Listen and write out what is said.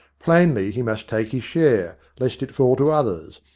plainly he must take his share, lest it fall to others.